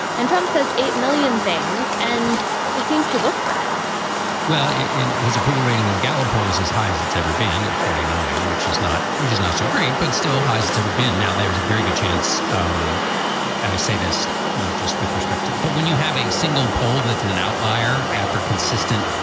and trump says a million things and it seems to work for him well, his approval rating in the gallup poll is as high as it's ever been at forty nine, which is not which is not so great, but still high as it's ever been. now, there's a very good chance um and i say this not just with respect to. but when you have a single poll that's an and outlier after consistent,